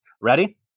Ready